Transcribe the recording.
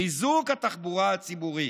חיזוק התחבורה הציבורית.